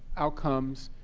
outcomes,